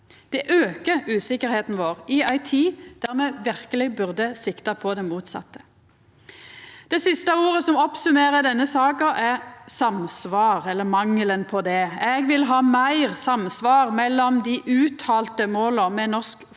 Det svekkjer sikkerheita vår i ei tid der me verkeleg burde sikta på det motsette. Det siste ordet som oppsummerer denne saka, er samsvar, eller mangelen på det. Eg vil ha meir samsvar mellom dei uttalte måla for norsk forsvars-